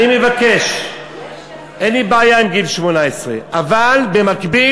אני מבקש אין לי בעיה עם גיל 18. אבל במקביל,